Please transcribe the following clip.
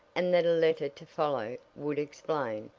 and that a letter to follow would explain,